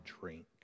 drink